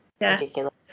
ridiculous